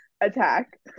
attack